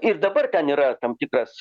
ir dabar ten yra tam tikras